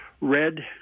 red